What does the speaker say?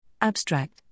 Abstract